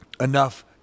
enough